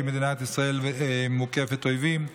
כי מדינת ישראל מוקפת אויבים,